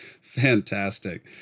fantastic